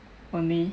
only